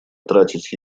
тратить